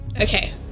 Okay